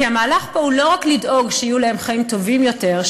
המהלך פה הוא לא רק לדאוג שיהיו להם חיים טובים יותר,